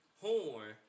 Horn